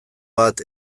bat